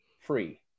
free